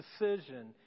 decision